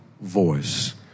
voice